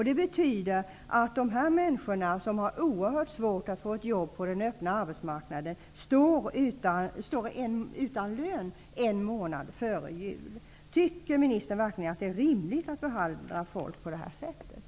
Det betyder att dessa människor, som har oerhört svårt att få ett jobb på den öppna arbetsmarknaden, står utan lön en månad före jul. Tycker ministern verkligen att det är rimligt att behandla folk på det här sättet?